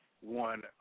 one